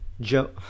joe